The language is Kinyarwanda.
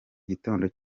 gitondo